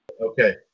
Okay